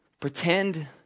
Pretend